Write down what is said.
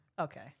Okay